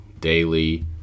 daily